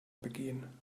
begehen